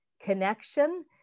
connection